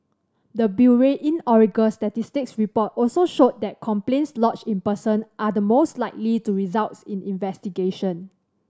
the bureau's inaugural statistics report also showed that complaints lodged in person are the most likely to result in investigation